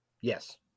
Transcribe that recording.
Yes